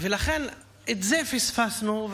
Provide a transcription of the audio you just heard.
את זה פספסנו,